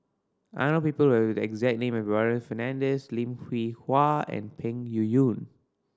I know people have the exact name as Warren Fernandez Lim Hwee Hua and Peng Yuyun